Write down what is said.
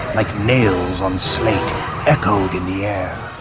like nails on slate echoed in the air.